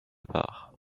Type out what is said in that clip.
part